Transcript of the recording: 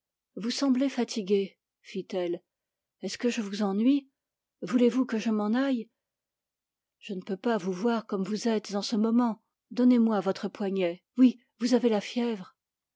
vous semblez fatigué fit-elle est-ce que je vous ennuie voulez-vous que je m'en aille je ne peux pas vous voir comme vous êtes en ce moment donnez-moi votre poignet oui vous avez la fièvre